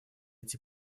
эти